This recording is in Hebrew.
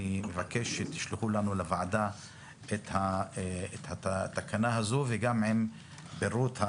אני מבקש שתשלחו לוועדה את התקנה הזו, עם פירוט.